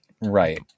Right